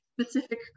specific